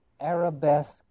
arabesque